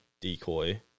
decoy